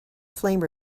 flame